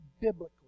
biblically